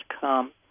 come